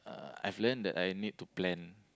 uh I've learnt that I need to plan